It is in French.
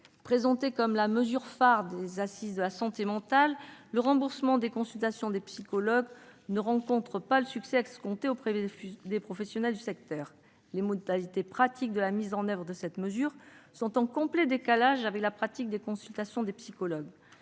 Présenté comme la mesure phare des assises de la santé mentale, le remboursement des consultations de psychologues ne rencontre pas le succès escompté auprès des professionnels du secteur. Les modalités pratiques de la mise en oeuvre de cette mesure sont en décalage complet avec la pratique des consultations des psychologues.